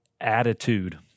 attitude